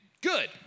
good